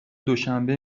دوشنبه